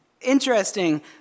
interesting